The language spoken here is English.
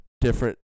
different